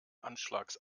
anschlags